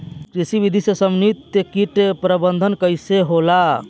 कृषि विधि से समन्वित कीट प्रबंधन कइसे होला?